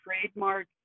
trademark